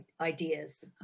ideas